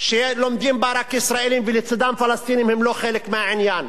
שלומדים בה רק ישראלים ולצדם פלסטינים הם לא חלק מהעניין,